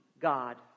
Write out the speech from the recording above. god